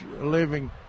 living